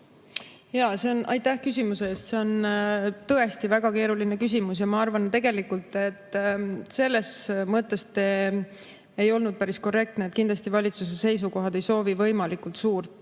rohkem? Aitäh küsimuse eest! See on tõesti väga keeruline küsimus ja ma arvan, et selles mõttes te ei olnud päris korrektne, et kindlasti valitsuse seisukohad ei soovi võimalikult suurt